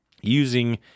using